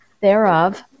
thereof